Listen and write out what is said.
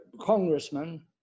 congressman